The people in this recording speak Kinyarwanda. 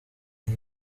iyi